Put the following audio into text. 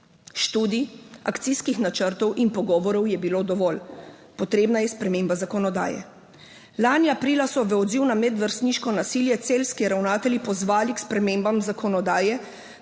Študij, akcijskih načrtov in pogovorov je bilo dovolj. Potrebna je sprememba zakonodaje. Lani aprila so v odziv na medvrstniško nasilje celjski ravnatelji pozvali k spremembam zakonodaje,